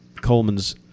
Coleman's